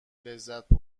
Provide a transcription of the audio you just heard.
لذت